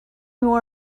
more